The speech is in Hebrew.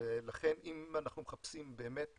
לכן אם אנחנו מחפשים באמת